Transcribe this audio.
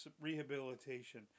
rehabilitation